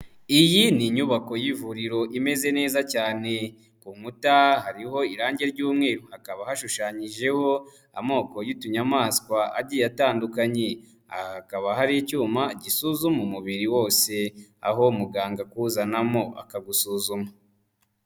Iyi ni inyubako y'ivuriro imeze neza cyane, ku nkuta hariho irange ry'umweru hakaba hashushanyijeho amoko y'utunyamaswa agiye atandukanye. Aha hakaba hari icyuma gisuzuma umubiri wose, aho muganga akuzanamo akagusuzuma.